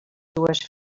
dues